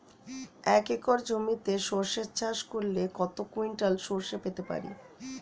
এক একর জমিতে সর্ষে চাষ করলে কত কুইন্টাল সরষে পেতে পারি?